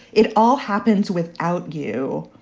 it all happens without you.